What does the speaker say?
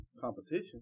competition